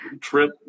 trip